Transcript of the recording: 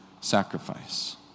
sacrifice